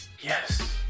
Yes